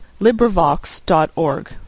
LibriVox.org